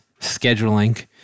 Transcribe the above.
scheduling